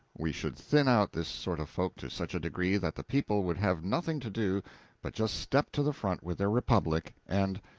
we should thin out this sort of folk to such a degree that the people would have nothing to do but just step to the front with their republic and